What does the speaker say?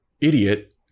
idiot